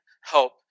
help